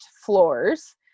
floors